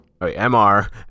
M-R